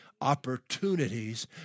Opportunities